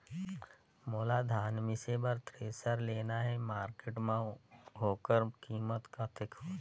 मोला धान मिसे बर थ्रेसर लेना हे मार्केट मां होकर कीमत कतेक होही?